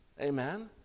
Amen